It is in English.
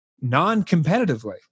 non-competitively